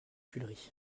tuileries